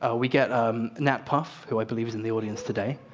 ah we get um nat puff, who i believe is in the audience today,